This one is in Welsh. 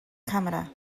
camera